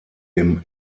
dem